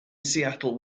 seattle